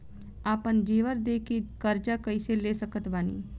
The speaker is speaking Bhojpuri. आपन जेवर दे के कर्जा कइसे ले सकत बानी?